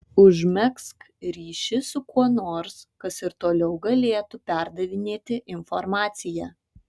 užmegzk ryšį su kuo nors kas ir toliau galėtų perdavinėti informaciją